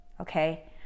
okay